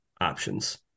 options